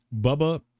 Bubba